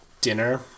dinner